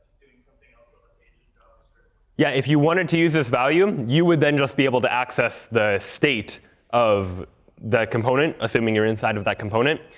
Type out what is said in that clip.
ah yeah, if you wanted to use this value, you would then just be able to access the state of that component, assuming you're inside of that component.